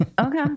Okay